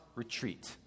retreat